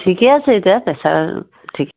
ঠিকে আছে এতিয়া প্ৰেচাৰ ঠিক